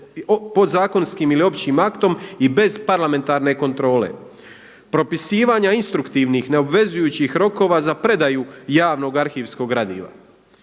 podzakonskim ili općim aktom i bez parlamentarne kontrole, propisivanja instruktivnih neobvezujućih rokova za predaju javnog arhivskog gradiva.